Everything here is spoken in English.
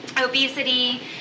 obesity